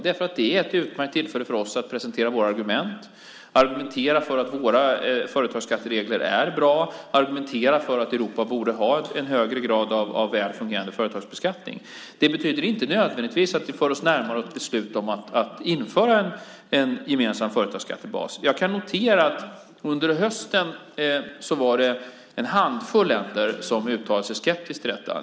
Det är ett utmärkt tillfälle för oss att presentera våra argument och argumentera för att våra företagsskatteregler är bra och för att Europa borde ha en högre grad av väl fungerande företagsbeskattning. Det betyder inte nödvändigtvis att det för oss närmare ett beslut om att införa en gemensam företagsskattebas. Jag kan notera att det under hösten var en handfull länder som uttalade sig skeptiskt till detta.